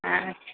अच्छा